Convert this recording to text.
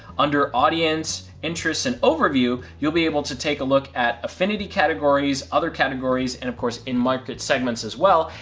under audience, interest and overview, you'll be able to take a look at affinity categories, other categories, and of course in-market segments as well.